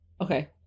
okay